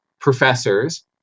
professors